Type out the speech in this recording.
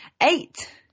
Eight